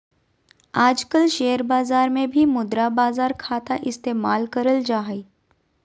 आजकल शेयर बाजार मे भी मुद्रा बाजार खाता इस्तेमाल करल जा हय